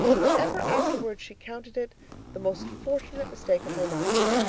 but ever afterward she counted it the most fortunate mistake of her life.